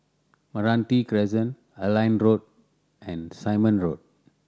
Meranti Crescent Airline Road and Simon Road